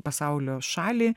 pasaulio šalį